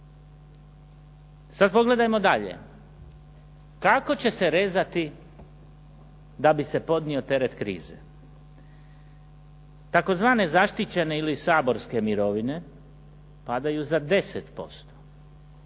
Sad pogledajmo dalje. Kako će se rezati da bi se podnio teret krize? Tzv. zaštićene ili saborske mirovine padaju za 10%.